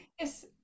Yes